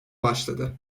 başladı